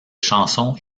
chansons